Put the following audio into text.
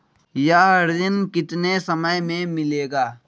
यह ऋण कितने समय मे मिलेगा?